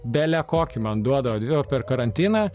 bele kokį man duodavo dvi o per karantiną